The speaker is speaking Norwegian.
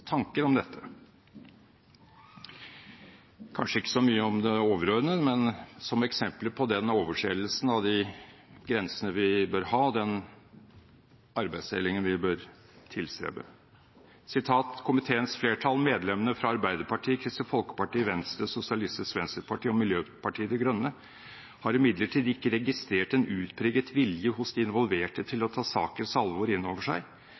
tanker om dette, kanskje ikke så mye om det overordnede, men som eksempler på overtredelsen av de grensene vi bør ha, og den arbeidsdelingen vi bør tilstrebe. «Komiteens flertall, medlemmene fra Arbeiderpartiet, Kristelig Folkeparti, Venstre, Sosialistisk Venstreparti og Miljøpartiet De Grønne, har imidlertid ikke registrert en utpreget vilje hos de involverte til å ta sakens alvor innover seg,